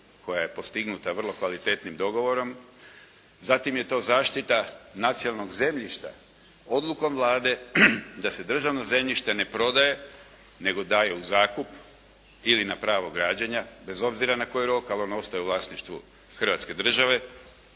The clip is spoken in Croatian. koja je postignuta vrlo kvalitetnim dogovorom. Zatim je to zaštita nacionalnog zemljišta. Odlukom Vlade da se državno zemljište ne prodaje nego daje u zakup ili na pravo građenja bez obzira na koji rok ali ono ostaje u vlasništvu Hrvatske države.